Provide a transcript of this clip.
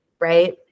right